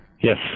Yes